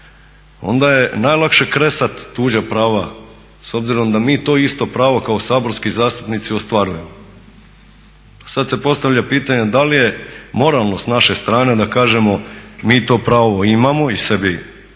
onda je najlakše kresat tuđa prava. S obzirom da mi to isto pravo kao saborski zastupnici ostvarujemo. Sad se postavlja pitanje da li je moralno s naše strane da kažemo mi to pravo imamo i sebi to